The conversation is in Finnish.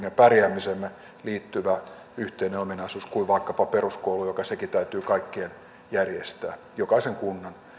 ja pärjäämiseemme liittyvä yhteinen ominaisuus kuin vaikkapa peruskoulu joka sekin täytyy kaikkien järjestää jokaisen kunnan